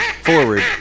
Forward